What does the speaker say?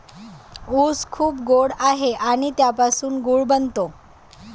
ऊस खूप गोड आहे आणि त्यापासून गूळ बनतो